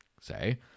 say